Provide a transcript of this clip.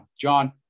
John